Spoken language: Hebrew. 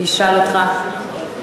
בבקשה, חבר הכנסת יצחק כהן, אתה מוזמן לשאול.